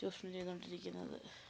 ചൂഷണം ചെയ്തോണ്ടിരിക്കുന്നത്